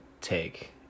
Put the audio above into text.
take